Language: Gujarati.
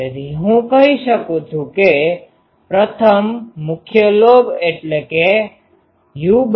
તેથી હું કહી શકું છું કે પ્રથમ મુખ્ય લોબ એટલે કે u u૦